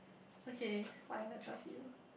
okay final trust you